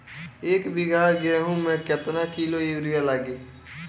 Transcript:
एक बीगहा गेहूं में केतना किलो युरिया लागी?